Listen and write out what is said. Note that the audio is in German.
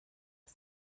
des